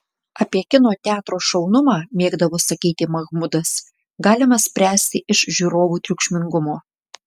apie kino teatro šaunumą mėgdavo sakyti mahmudas galima spręsti iš žiūrovų triukšmingumo